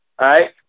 Right